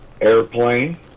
Airplane